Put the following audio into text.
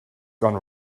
gone